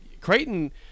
creighton